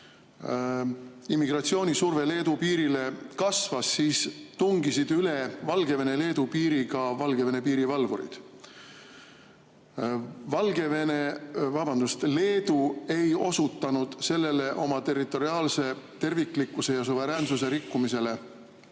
immigratsioonisurve Leedu piirile kasvas, siis tungisid üle Valgevene-Leedu piiri ka Valgevene piirivalvurid. Leedu ei osutanud sellele oma territoriaalse terviklikkuse ja suveräänsuse rikkumisele